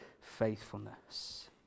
faithfulness